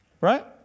Right